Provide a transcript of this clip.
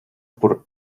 por